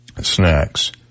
snacks